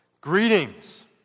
Greetings